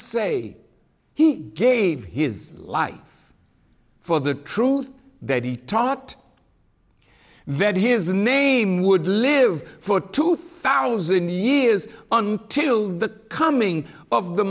say he gave his life for the truth that he taught that his name would live for two thousand years until the coming of the